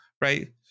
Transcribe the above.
right